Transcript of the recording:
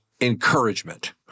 encouragement